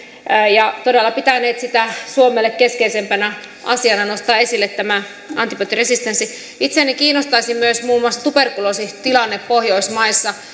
ja todella pitäneet suomelle keskeisenä asiana nostaa esille tämä antibioottiresistenssi itseäni kiinnostaisi myös muun muassa tuberkuloositilanne pohjoismaissa